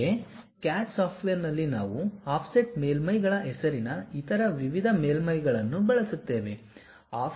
ಅಂತೆಯೇ CAD ಸಾಫ್ಟ್ವೇರ್ನಲ್ಲಿ ನಾವು ಆಫ್ಸೆಟ್ ಮೇಲ್ಮೈಗಳ ಹೆಸರಿನ ಇತರ ವಿವಿಧ ಮೇಲ್ಮೈಗಳನ್ನು ಬಳಸುತ್ತೇವೆ